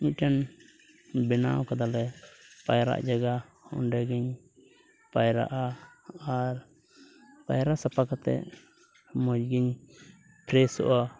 ᱢᱤᱫᱴᱮᱱ ᱵᱮᱱᱟᱣ ᱠᱟᱫᱟᱞᱮ ᱯᱟᱭᱨᱟᱜ ᱡᱟᱭᱜᱟ ᱚᱸᱰᱮ ᱜᱮ ᱯᱟᱭᱨᱟᱜᱼᱟ ᱟᱨ ᱯᱟᱭᱨᱟ ᱥᱟᱯᱷᱟ ᱠᱟᱛᱮᱫ ᱢᱚᱡᱽ ᱜᱤᱧ ᱯᱷᱨᱮᱹᱥᱚᱜᱼᱟ